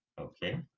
Okay